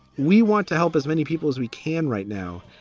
we want to help as many people as we can right now.